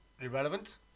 irrelevant